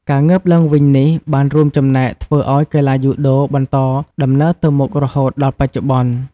ការងើបឡើងវិញនេះបានរួមចំណែកធ្វើឲ្យកីឡាយូដូបន្តដំណើរទៅមុខរហូតដល់បច្ចុប្បន្ន ។